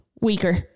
weaker